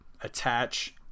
attach